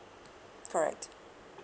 correct